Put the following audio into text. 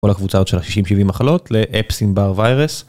כל הקבוצה של השישים שבעים מחלות Epstein Barr virus.